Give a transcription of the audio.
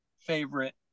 favorite